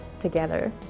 together